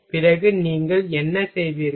பிறகு நீங்கள் என்ன செய்வீர்கள்